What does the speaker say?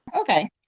okay